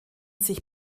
sich